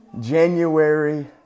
january